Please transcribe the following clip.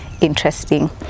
interesting